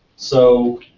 so,